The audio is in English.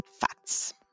facts